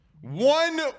One